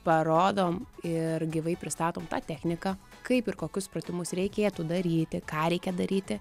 parodom ir gyvai pristatom tą techniką kaip ir kokius pratimus reikėtų daryti ką reikia daryti